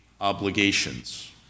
obligations